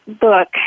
book